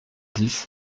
dix